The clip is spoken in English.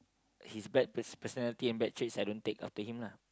his bad pers~ personality and bad traits I don't take after him lah